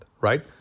right